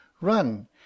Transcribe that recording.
run